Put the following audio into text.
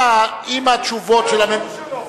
זה התחום שלו.